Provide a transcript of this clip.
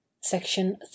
Section